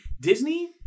Disney